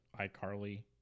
iCarly